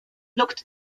looked